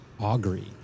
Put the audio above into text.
Augury